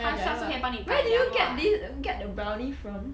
跟他讲 where did you get this get the brownie from